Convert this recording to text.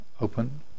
open